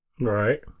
Right